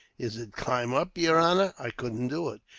is it climb up, yer honor? i couldn't do it,